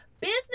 business